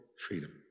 Freedom